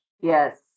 yes